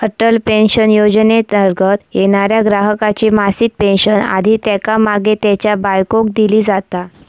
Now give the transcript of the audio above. Atal pension योजनेंतर्गत येणाऱ्या ग्राहकाची मासिक पेन्शन आधी त्येका मागे त्येच्या बायकोक दिली जाता